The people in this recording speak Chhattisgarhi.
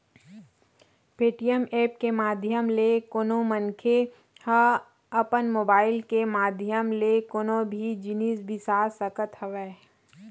पेटीएम ऐप के माधियम ले कोनो मनखे ह अपन मुबाइल के माधियम ले कोनो भी जिनिस बिसा सकत हवय